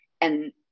And-